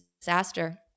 disaster